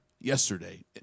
Yesterday